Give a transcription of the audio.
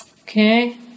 Okay